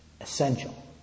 essential